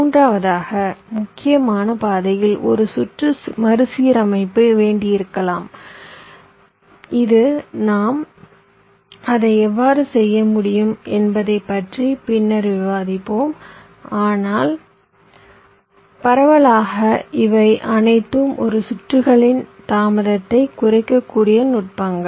மூன்றாவதாக முக்கியமான பாதையில் ஒரு சுற்று மறுசீரமைக்க வேண்டியிருக்கலாம் நாம் அதை எவ்வாறு செய்ய முடியும் என்பதைப் பற்றி பின்னர் விவாதிப்போம் ஆனால் பரவலாக இவை அனைத்தும் ஒரு சுற்றுகளின் தாமதத்தை குறைக்கக்கூடிய நுட்பங்கள்